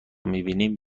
میبینیم